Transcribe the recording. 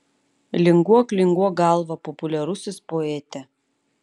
linguok linguok galva populiarusis poete